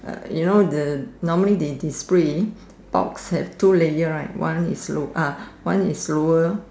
uh you know the normally the display box have two layer right one is low ah one is lower